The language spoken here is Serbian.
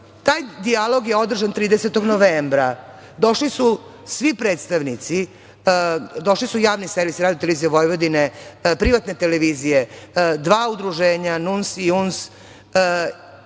dijalog je održan 30. novembra. Došli su svi predstavnici, došli su Javni servis, RTV, privatne televizije, dva udruženja, NUNS i UNS